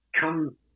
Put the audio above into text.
come